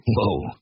Whoa